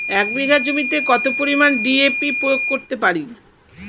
এক বিঘা জমিতে কত পরিমান ডি.এ.পি প্রয়োগ করতে পারি?